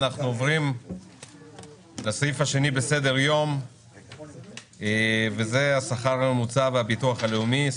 אנחנו עוברים לסעיף השני בסדר היום וזה השכר הממוצע והביטוח הלאומי,